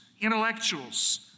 intellectuals